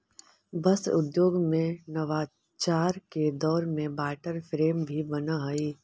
वस्त्र उद्योग में नवाचार के दौर में वाटर फ्रेम भी बनऽ हई